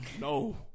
No